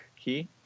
key